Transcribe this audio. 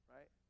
Right